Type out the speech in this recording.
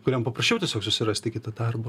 kuriam paprasčiau tiesiog susirasti kitą darbą